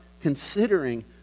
considering